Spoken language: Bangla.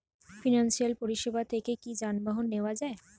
ফিনান্সসিয়াল পরিসেবা থেকে কি যানবাহন নেওয়া যায়?